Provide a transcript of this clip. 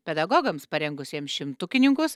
pedagogams parengusiems šimtukininkus